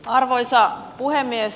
arvoisa puhemies